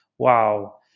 wow